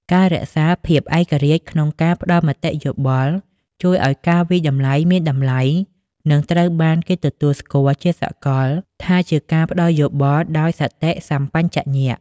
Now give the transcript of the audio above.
ការរក្សាភាពឯករាជ្យក្នុងការផ្តល់មតិយោបល់ ជួយឱ្យការវាយតម្លៃមានតម្លៃ និងត្រូវបានគេទទួលស្គាល់ជាសកលថាជាការផ្តល់យោបល់ដោយសតិសម្បជញ្ញៈ។